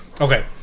Okay